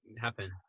happen